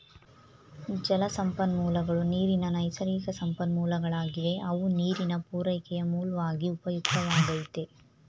ಜಲಸಂಪನ್ಮೂಲಗಳು ನೀರಿನ ನೈಸರ್ಗಿಕಸಂಪನ್ಮೂಲಗಳಾಗಿವೆ ಅವು ನೀರಿನ ಪೂರೈಕೆಯ ಮೂಲ್ವಾಗಿ ಉಪಯುಕ್ತವಾಗೈತೆ